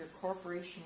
corporation